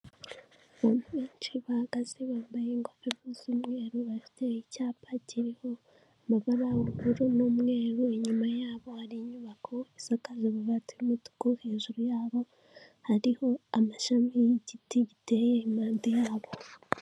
Abantu benshi bahagaze bambaye ingofero z'umweru bafite icyapa kiriho amabara y'ubururu n'umweru, inyuma yabo hari inyubako isakaje amabati y'umutuku, hejuru yabo hariho amashami y'igiti giteye impande yabo.